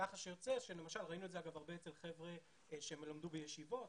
יוצא שלמשל ראינו את זה הרבה אצל חבר'ה שלמדו בישיבות,